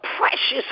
precious